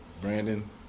Brandon